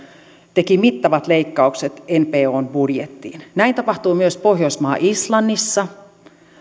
teki mittavat leikkaukset npon budjettiin näin tapahtui myös pohjoismaassa islannissa